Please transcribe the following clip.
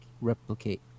replicate